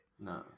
No